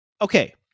okay